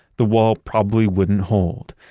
the wall probably wouldn't hold.